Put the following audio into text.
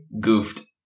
goofed